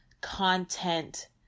content